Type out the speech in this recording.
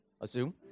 assume